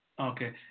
Okay